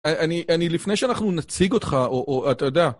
אני, אני, לפני שאנחנו נציג אותך, או, או, אתה יודע.